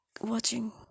watching